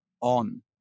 on